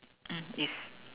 mm yes